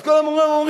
אז כבר כולם אומרים,